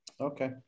Okay